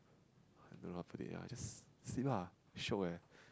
I don't know how to put it ya just sleep lah shiok eh